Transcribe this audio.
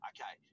Okay